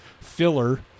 filler